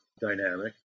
dynamic